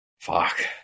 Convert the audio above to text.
fuck